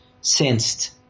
sensed